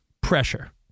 pressure